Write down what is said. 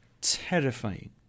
terrifying